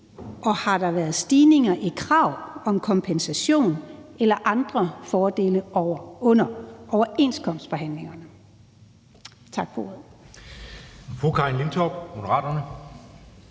Og har der været stigninger i krav om kompensation eller andre fordele under overenskomstforhandlingerne?